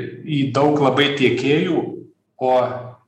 į daug labai tiekėjų o